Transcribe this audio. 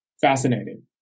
Fascinating